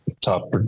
top